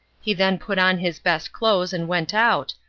he then put on his best clothes and went out,